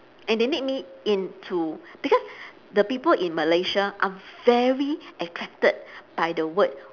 and they need me into because the people in malaysia are very attracted by the word